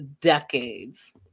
decades